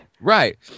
Right